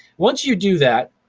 once you do that,